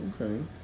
Okay